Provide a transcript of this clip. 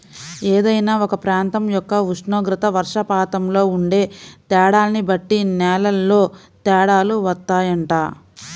ఏదైనా ఒక ప్రాంతం యొక్క ఉష్ణోగ్రత, వర్షపాతంలో ఉండే తేడాల్ని బట్టి నేలల్లో తేడాలు వత్తాయంట